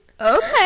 Okay